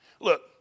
Look